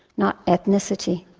not ethnicity.